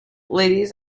ladies